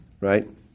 Right